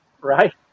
Right